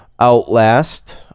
Outlast